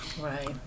Right